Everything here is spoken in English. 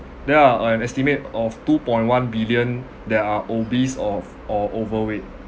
there are an estimate of two point one billion that are obese ov~ or overweight